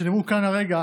שנאמרו כאן הרגע